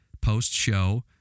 post-show